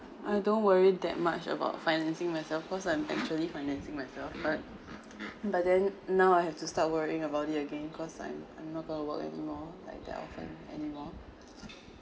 I don't worry that much about financing myself cause I'm actually financing myself but but then now I have to start worrying about it again cause I'm I'm not going to work anymore like that often anymore